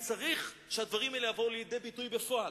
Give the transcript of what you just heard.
צריך שהדברים האלה יבואו לידי ביטוי בפועל.